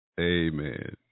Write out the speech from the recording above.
Amen